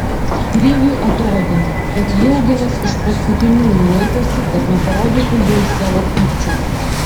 kriviui atrodė kad jaugėlas iš paskutiniųjų laikosi kad neparodytų jiems savo pykčio